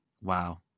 wow